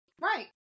right